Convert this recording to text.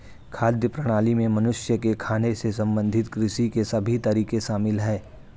खाद्य प्रणाली में मनुष्य के खाने से संबंधित कृषि के सभी तरीके शामिल है